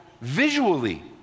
visually